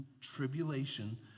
tribulation